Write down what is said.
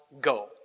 go